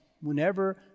Whenever